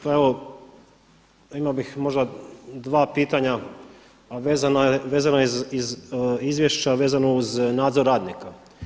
Pa evo imao bih možda dva pitanja a vezano je iz izvješća vezano uz nadzor radnika.